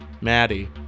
Maddie